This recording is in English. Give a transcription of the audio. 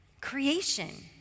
creation